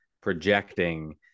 projecting